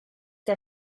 der